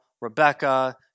Rebecca